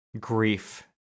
grief